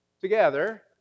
Together